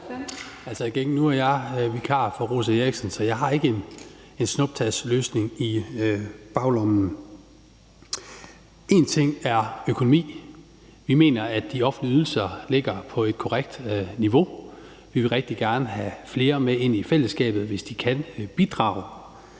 (M): Nu er jeg vikar for Rosa Eriksen, så jeg har ikke en snuptagsløsning i baglommen. Én ting er økonomi. Vi mener, at de offentlige ydelser ligger på et korrekt niveau. Vi vil rigtig gerne have flere med ind i fællesskabet, hvis de kan bidrage.